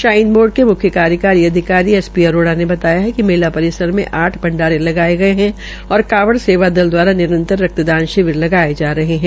shrine board के मुख्य कार्यकारी अधिकारी एस पी अरोड़ा ने बताया कि मेला परिसर में आठ भंडारे लगाये गये है और कावड़ सेवा दल द्वारा निरंतर रक्तदान शिविर लगाये जा रहे है